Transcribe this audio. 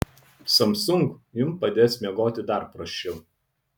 samsung jums padės miegoti dar prasčiau